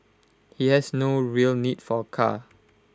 he has no real need for A car